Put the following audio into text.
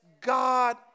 God